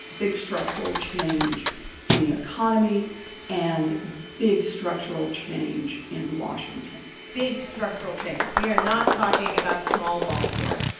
big structural change in the economy and big structural change in washington big structural change we are not talking about small ball here.